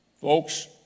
folks